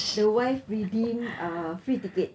the wife redeem uh free ticket